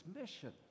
mission